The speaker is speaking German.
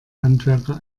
handwerker